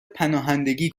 پناهندگی